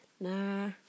Nah